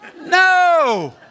No